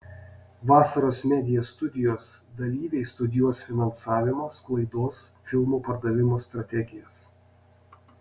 vasaros media studijos dalyviai studijuos finansavimo sklaidos filmų pardavimo strategijas